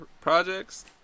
projects